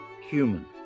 Human